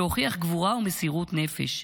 שהוכיח גבורה ומסירות נפש,